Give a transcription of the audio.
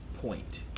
point